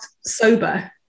sober